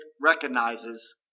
recognizes